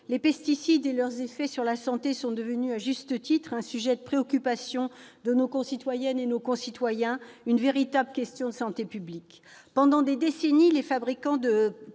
Les pesticides et leurs effets sur la santé sont devenus, à juste titre, un sujet de préoccupation pour nos concitoyennes et nos concitoyens, une véritable question de santé publique. Pendant des décennies, les fabricants de